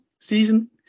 season